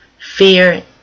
Fear